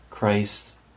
Christ